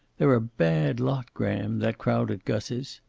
they're a bad lot, graham, that crowd at gus's.